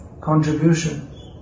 contributions